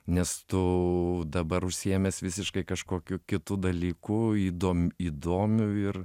nes tu dabar užsiėmęs visiškai kažkokiu kitu dalyku įdom įdomiu ir